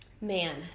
man